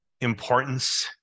importance